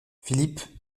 philippe